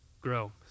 grow